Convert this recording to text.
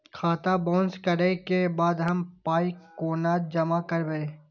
खाता बाउंस करै के बाद हम पाय कोना जमा करबै?